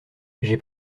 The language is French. j’ai